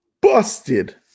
busted